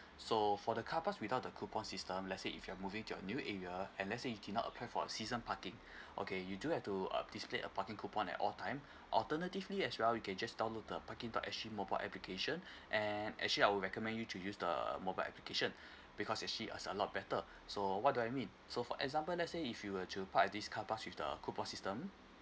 so for the carparks without the coupon system let's say if you're moving to a new area and let's say you did not apply for the season parking okay you do have to uh displayed a parking coupon at all time alternatively as well you can just download the parking dot s g mobile application and actually I will recommend you to use the mobile application because it's actually uh a lot better so what do I need so for example let's say if you were to park at this carpark with the coupon system